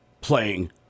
playing